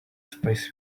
spicy